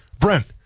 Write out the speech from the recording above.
brent